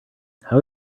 how